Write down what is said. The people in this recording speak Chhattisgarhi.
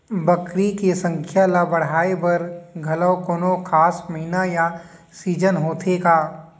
बकरी के संख्या ला बढ़ाए बर घलव कोनो खास महीना या सीजन होथे का?